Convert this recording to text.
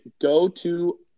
Go-to